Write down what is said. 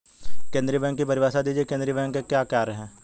केंद्रीय बैंक की परिभाषा दीजिए केंद्रीय बैंक के क्या कार्य हैं?